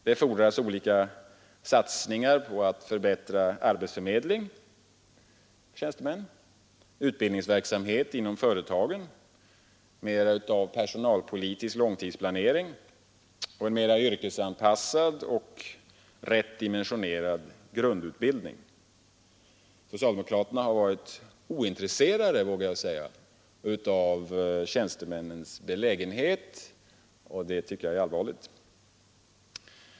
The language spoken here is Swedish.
Det fordras satsningar på att förbättra arbetsförmedlingen för tjänstemän, utbild ningsverksamhet inom företagen, mera av personalpolitisk långtidsplanering samt en mera yrkesanpassad och rätt dimensionerad grundutbildning. Socialdemokraterna har varit ointresserade, vågar jag säga, av tjänstemännens belägenhet, och det är allvarligt.